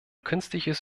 künstliches